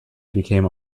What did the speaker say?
became